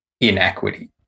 inequity